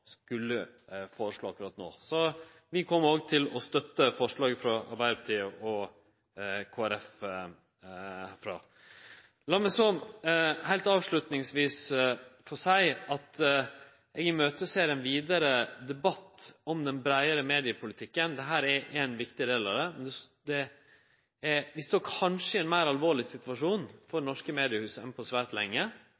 skulle foreslå. Vi kjem til å støtte forslaget frå Arbeidarpartiet og Kristeleg Folkeparti. La meg heilt til slutt få seie at eg ser fram til ein vidare debatt om den breiare mediepolitikken. Dette er ein viktig del av det. Norske mediehus står kanskje i ein meir alvorleg situasjon enn på svært lenge. Vi skal ikkje overdramatisere, men eg trur det er behov for